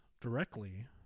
directly